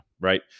right